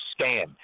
scam